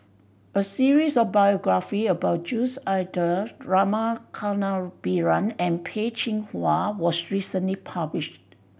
a series of biography about Jules Itier Rama Kannabiran and Peh Chin Hua was recently published